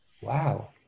wow